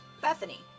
Bethany